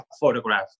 photograph